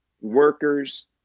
workers